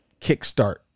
kickstart